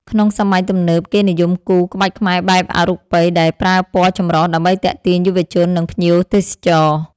ក្នុងសម័យទំនើប គេនិយមគូរ ក្បាច់ខ្មែរបែបអរូបី ដែលប្រើពណ៌ចម្រុះដើម្បីទាក់ទាញយុវជន និងភ្ញៀវទេសចរ។